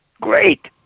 Great